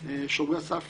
הם שומרי סף